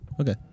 Okay